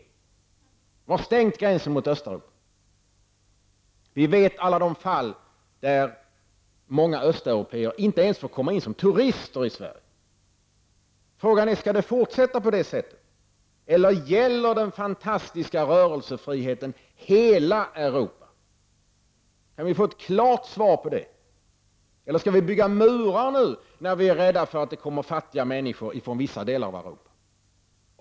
Österrike har stängt gränsen mot Östeuropa. Vi vet att många östeuropéer inte ens får komma in som turister i Sverige. Skall det fortsätta på det sättet, eller gäller den fantastiska rörelsefriheten hela Europa? Kan vi få ett klart svar på det? Skall vi bygga murar nu, när vi är rädda för att det kommer fattiga människor från vissa delar av Europa?